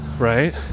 Right